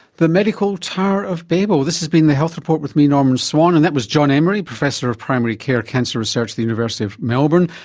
the medical tower of babel. this has been the health report with me, norman swan, and that was jon emory, professor of primary care cancer research at the university of melbourne,